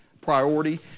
priority